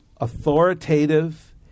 authoritative